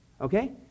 okay